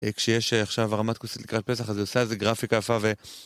כשיש עכשיו הרמת כוסית לקראת פסח אז זה עושה איזה גרפיקה יפה ו...